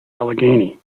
allegheny